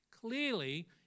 clearly